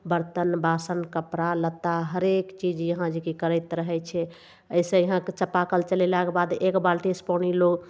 बरतन बासन कपड़ा लत्ता हरेक चीज यहाँ जे कि करैत रहय छै अइसँ यहाँके चापाकल चलेलाके बाद एक बाल्टीसँ पानि लोग